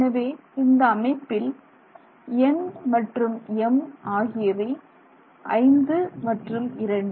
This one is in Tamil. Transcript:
எனவே இந்த வகையில் n மற்றும் m ஆகியவை 5 மற்றும் 2